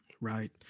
right